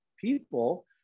people